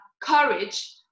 courage